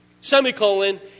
semicolon